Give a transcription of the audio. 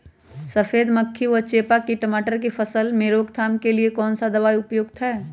सफेद मक्खी व चेपा की टमाटर की फसल में रोकथाम के लिए कौन सा दवा उपयुक्त है?